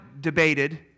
debated